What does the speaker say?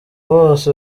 bose